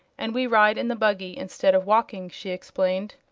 and we ride in the buggy instead of walking, she explained.